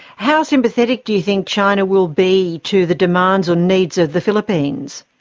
how sympathetic do you think china will be to the demands or needs of the philippines?